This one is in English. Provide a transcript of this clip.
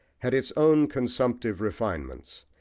had its own consumptive refinements,